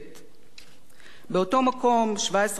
באותו מקום, 17 שנים קודם לכן,